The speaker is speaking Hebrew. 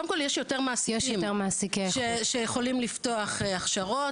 קודם כל יש יותר מעסיקים שיכולים לפתוח הכשרות,